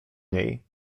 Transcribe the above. niej